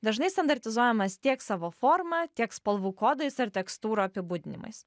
dažnai standartizuojamas tiek savo forma tiek spalvų kodais ar tekstūrų apibūdinimais